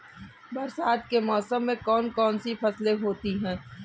बरसात के मौसम में कौन कौन सी फसलें होती हैं?